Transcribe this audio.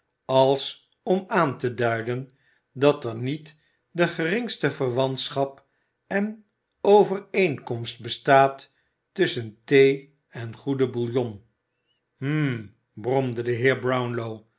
als om aan te duiden dat er niet de geringste verwantschap en overeenkomst bestaat tusschen thee en goeden bouillon hm bromde de